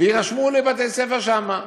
ויירשמו לבתי-הספר שם,